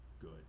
good